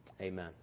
amen